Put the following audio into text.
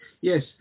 Yes